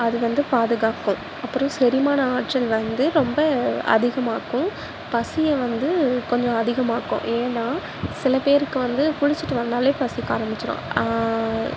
அது வந்து பாதுகாக்கும் அப்புறம் செரிமான ஆற்றல் வந்து ரொம்ப அதிகமாக்கும் பசியை வந்து கொஞ்சம் அதிகமாக்கும் ஏன்னால் சில பேருக்கு வந்து குளிச்சுட்டு வந்தாலே பசிக்க ஆரம்பிச்சுடும்